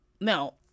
Now